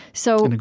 so, and